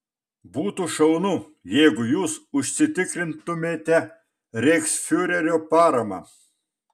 būtų šaunu jeigu jūs užsitikrintumėte reichsfiurerio paramą